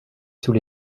sous